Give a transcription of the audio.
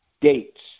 dates